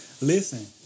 listen